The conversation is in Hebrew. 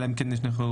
אלא אם כן יש דרך,